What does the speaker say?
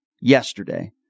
yesterday